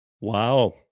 Wow